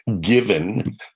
given